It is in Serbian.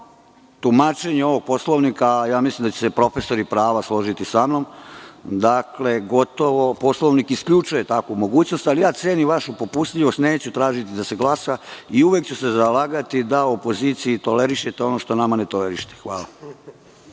tumačenju ovog Poslovnika, a ja mislim da će se profesori prava složiti sa mnom, jer gotovo Poslovnik isključuje takvu mogućnost, ali ja cenim vašu popustljivost i neću tražiti da se glasa i uvek ću se zalagati da opoziciji tolerišete ono što nama ne tolerišete.